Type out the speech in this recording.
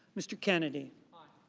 mr. kennedy